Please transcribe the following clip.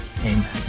Amen